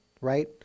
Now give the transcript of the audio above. right